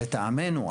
לטעמנו,